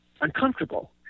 uncomfortable